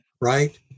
Right